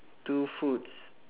two foods